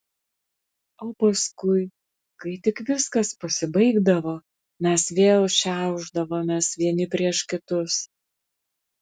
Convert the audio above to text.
o paskui kai tik viskas pasibaigdavo mes vėl šiaušdavomės vieni prieš kitus